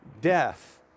Death